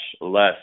less